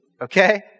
okay